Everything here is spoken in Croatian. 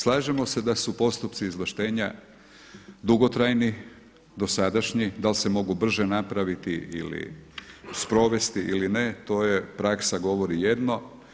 Slažemo se da su postupci izvlaštenja dugotrajni, dosadašnji, da li se mogu brže napraviti ili sprovesti ili ne, to je, praksa govori jedno.